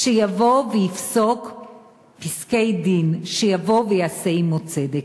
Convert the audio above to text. שיבוא ויפסוק פסקי-דין, שיבוא ויעשה עמו צדק.